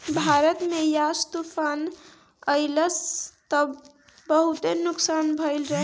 भारत में यास तूफ़ान अइलस त बहुते नुकसान भइल रहे